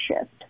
shift